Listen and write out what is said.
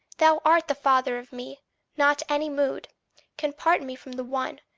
thou art the father of me not any mood can part me from the one,